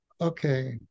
okay